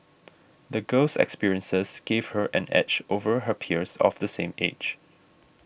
the girl's experiences gave her an edge over her peers of the same age